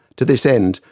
to this end,